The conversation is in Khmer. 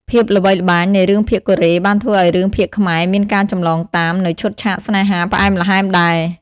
ភាពល្បីល្បាញនៃរឿងភាគកូរ៉េបានធ្វើឱ្យរឿងភាគខ្មែរមាន ការចម្លងតាម នូវឈុតឆាកស្នេហាផ្អែមល្ហែមដែរ។